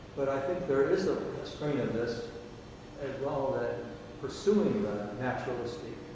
but i think there's a string in this as well that pursuing the naturalistic